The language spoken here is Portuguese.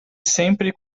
sempre